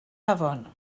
afon